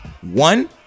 one